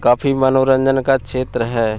काफ़ी मनोरंजन का क्षेत्र है